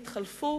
התחלפו